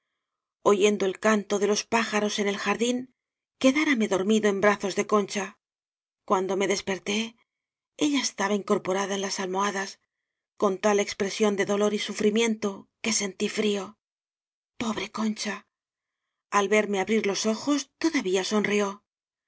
oyendo el canto de los pájaros en el jardín quedárame dormido en brazos de concha cuando me desperté ella estaba in corporada en las almohadas con tal expre sión de dolor y sufrimiento que sentí frío po bre concha al verme abrir los ojos todavía sonrió